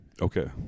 Okay